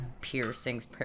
piercings